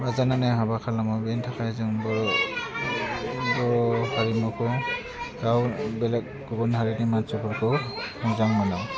रंजानानै हाबा खालामो बेनि थाखाय जों बर' बर' हारिमुखौहाय गाव बेलेग गुबुन हारिनि मानसिफोरखौ मोजां मोनो